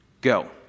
Go